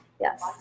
Yes